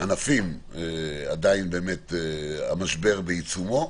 ענפים עדיין המשבר בעיצומו,